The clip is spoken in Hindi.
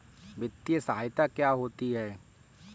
वित्तीय सहायता क्या होती है?